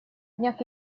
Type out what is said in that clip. днях